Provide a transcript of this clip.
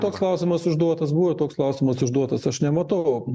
toks klausimas užduotas buvo toks klausimas užduotas aš nematau